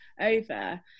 over